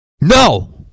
No